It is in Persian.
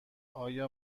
آیا